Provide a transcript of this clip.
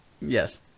Yes